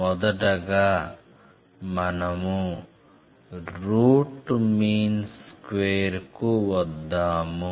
మొదటగా మనం root mean square కు వద్దాము